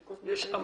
יש אמנה.